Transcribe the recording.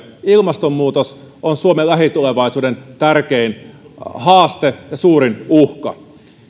ilmastonmuutos on suomen lähitulevaisuuden tärkein haaste ja suurin uhka